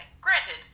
Granted